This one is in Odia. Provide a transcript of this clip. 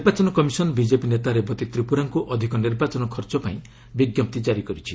ନିର୍ବାଚନ କମିଶନ୍ ବିଜେପି ନେତା ରେବତୀ ତ୍ରିପୁରାଙ୍କୁ ଅଧିକ ନିର୍ବାଚନ ଖର୍ଚ୍ଚ ପାଇଁ ବିଜ୍ଞପ୍ତି ଜାରି କରିଛି